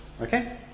Okay